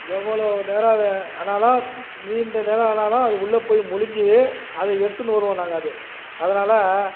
எவ்வளோ நேரம் ஆனாலும் நீண்ட நேரம் ஆனாலும் அது உள்ளே போய் முழுகி அத எடுத்துனு வருவோம் நாங்க அது அதனால்